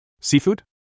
Seafood